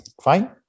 fine